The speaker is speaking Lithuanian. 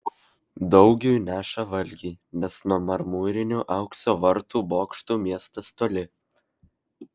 daugiui neša valgį nes nuo marmurinių aukso vartų bokštų miestas toli